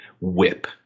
whip